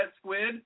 squid